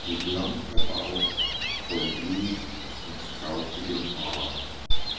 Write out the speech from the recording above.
du blanker bauch voll blut und krautigem haar